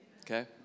okay